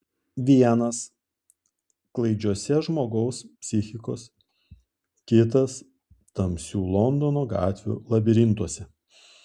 vienas klaidžiuose žmogaus psichikos kitas tamsių londono gatvių labirintuose